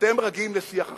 אתם רגילים לשיח אחר.